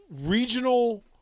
regional